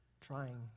trying